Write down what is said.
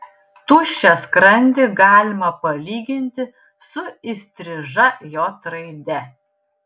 tuščią skrandį galima palyginti su įstriža j raide